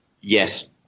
Yes